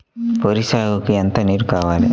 వరి సాగుకు ఎంత నీరు కావాలి?